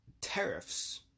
Tariffs